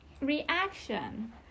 reaction